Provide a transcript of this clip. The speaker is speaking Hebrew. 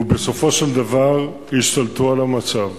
ובסופו של דבר השתלטו על המצב.